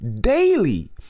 daily